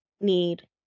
need